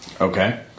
okay